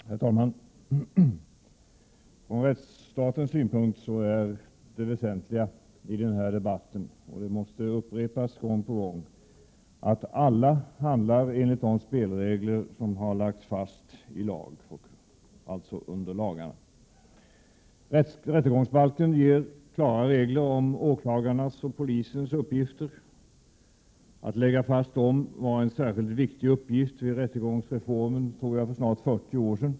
Herr talman! Från rättsstatens synpunkt är det väsentliga i den här debatten — det måste upprepas gång på gång — att alla handlar enligt de spelregler som har lagts fast i lag, alltså under lagarna. Rättegångsbalken ger klara regler om åklagarnas och polisens uppgifter. Att lägga fast dem var en särskilt viktig uppgift vid rättegångsreformen för snart 40 år sedan.